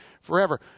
forever